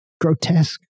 grotesque